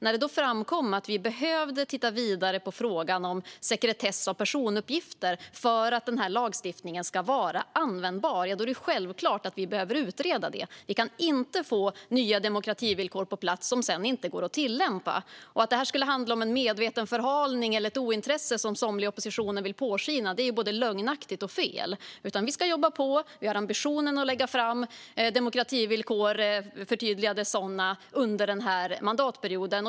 Eftersom det framkommit att vi behöver titta vidare på frågan om sekretess för personuppgifter för att den här lagstiftningen ska vara användbar är det självklart att vi behöver utreda det, så att vi inte får på plats nya demokrativillkor som sedan inte går att tillämpa. Det är felaktigt att det skulle handla om medveten förhalning eller ointresse, som somliga i oppositionen lögnaktigt vill påskina. Vi ska jobba på. Vi har ambitionen att lägga fram förtydligade demokrativillkor under den här mandatperioden.